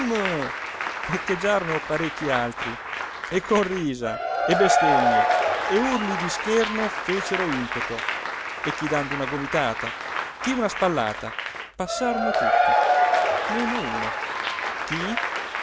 buca bum echeggiarono parecchi altri e con risa e bestemmie e urli di scherno fecero impeto e chi dando una gomitata chi una spallata passarono tutti meno uno chi